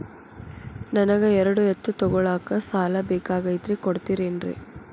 ನನಗ ಎರಡು ಎತ್ತು ತಗೋಳಾಕ್ ಸಾಲಾ ಬೇಕಾಗೈತ್ರಿ ಕೊಡ್ತಿರೇನ್ರಿ?